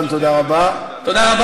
תודה,